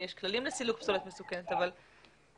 יש כללים לסילוק פסולת מסוכנת אבל המטרה